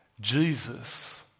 Jesus